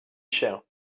cher